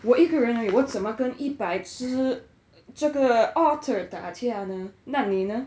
我一个人而已我怎么跟一百只这个 otter 打架呢那你呢